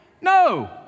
No